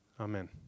Amen